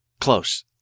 close